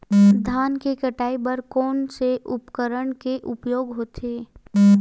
धान के कटाई बर कोन से उपकरण के उपयोग होथे?